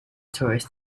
tourist